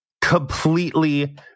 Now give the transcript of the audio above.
completely